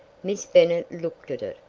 miss bennet looked at it.